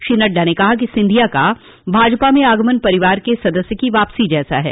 श्री नड्डा ने कहा कि सिंधिया का भाजपा में आगमन परिवार के सदस्य की वापसी जैसा है